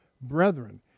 brethren